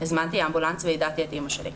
הזמנתי אמבולנס ויידעתי את אימא שלי.